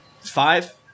five